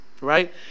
right